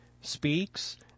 speaks